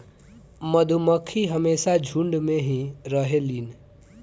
मधुमक्खी हमेशा झुण्ड में ही रहेलीन